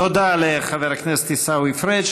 תודה לחבר הכנסת עיסאווי פריג'.